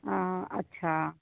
अच्छा